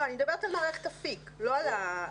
לא, אני מדברת על מערכת אפיק, על הדיווח.